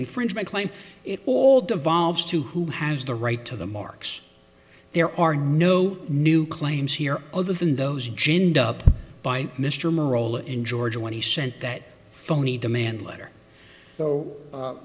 infringement claims it all devolves to who has the right to the marks there are no new claims here other than those ginned up by mr merola in georgia when he sent that phony demand letter so